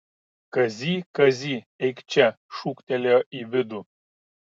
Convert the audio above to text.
kazy kazy eik čia šūktelėjo į vidų